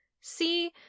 See